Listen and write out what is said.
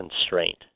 constraint